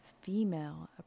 Female